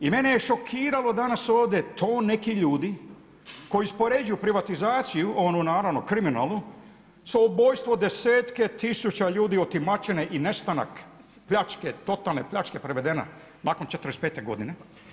I mene je šokiralo danas ovdje, to neki ljudi koji uspoređuju privatizaciju, onu naravno kriminalnu za ubojstvo desetke tisuća ljudi, otimačine i nestanak pljačke, totalne pljačke prevedena nakon '45. godine.